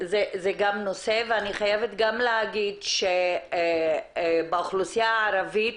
אני חייבת גם להגיד, שבאוכלוסייה הערבית